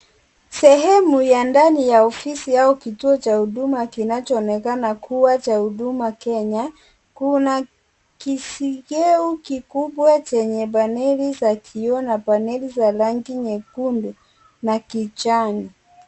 Sehemu ya ndani ya ofisi au kituo cha huduma kinachoonekana kuwa cha HUduma Kenya kuna kisigeu kikubwa chenye paneli zakioona paneli za rangi nyekundu na kijani.